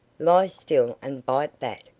lie still and bite that.